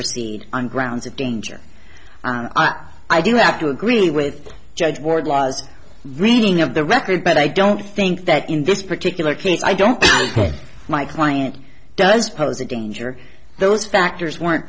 proceed on grounds of danger but i do have to agree with judge ward law's reading of the record but i don't think that in this particular case i don't my client does pose a danger those factors weren't